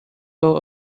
vote